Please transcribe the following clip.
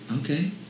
Okay